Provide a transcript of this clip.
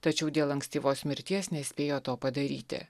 tačiau dėl ankstyvos mirties nespėjo to padaryti